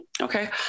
okay